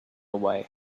away